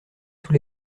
tous